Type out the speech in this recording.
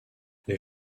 les